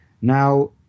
now